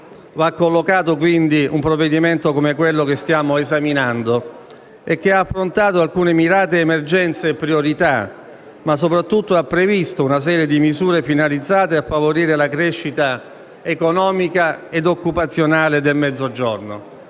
va collocato un provvedimento come quello che stiamo esaminando, che ha affrontato alcune mirate emergenze e priorità, ma soprattutto ha previsto una serie di misure finalizzate a favorire la crescita economica ed occupazionale del Mezzogiorno,